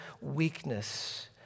weakness